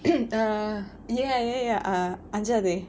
err ya ya ya ya err அஞ்சாதே:anjaathae